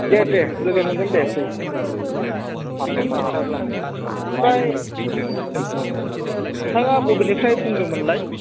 दे दे लोगो मोनगोन दे फै फै सारायफास्थाब्ला ओमफ्राय नोंथाङा बबेनिफ्राय बुंदोंमोनलाय